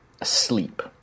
asleep